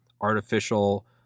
artificial